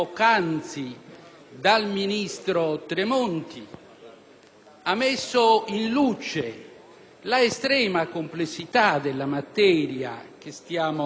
ha messo in luce l'estrema complessità della materia che stiamo trattando